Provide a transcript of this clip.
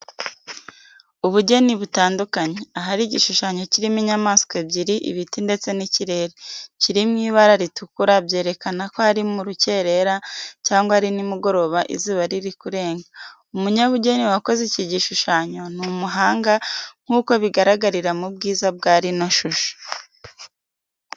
Ubugeni butandukanye, ahari igishushanyo kirimo inyamaswa ebyeri, ibiti ndetse n'ikirere, kiri mu ibara ritukura byerekana ko ari mu rukerera cyangwa ari nimugoroba izuba riri kurenga. Umunyabugeni wakoze iki gishushanyo ni umuhanga nk'uko bigaragarira mu bwiza bwa rino shusho.